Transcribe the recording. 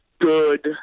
good